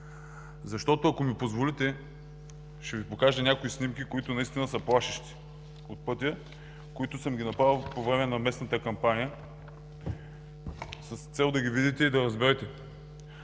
Раднево. Ако ми позволите, ще Ви покажа някои снимки от пътя, които наистина са плашещи, които съм направил по време на месната кампания, с цел да ги видите и да разберете.